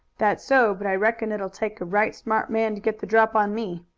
that's so, but i reckon it'll take a right smart man to get the drop on me.